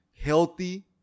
healthy